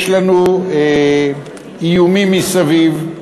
יש לנו איומים מסביב,